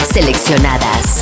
Seleccionadas